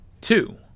two